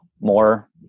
more